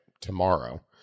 tomorrow